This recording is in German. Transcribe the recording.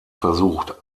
versucht